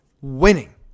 Winning